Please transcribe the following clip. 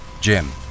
Jim